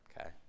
Okay